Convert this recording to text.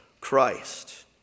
Christ